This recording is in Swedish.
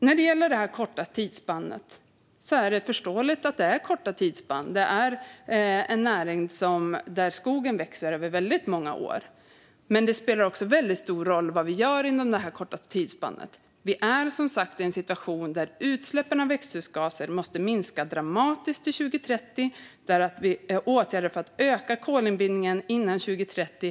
När det gäller det korta tidsspannet är det förståeligt att tidsspannen är just korta. Detta är en näring där skogen växer över väldigt många år. Men det spelar också väldigt stor roll vad vi gör inom det här korta tidsspannet. Vi är som sagt i en situation där utsläppen av växthusgaser måste minska dramatiskt till 2030, och vi måste vidta åtgärder för att öka kolinbindningen före 2030.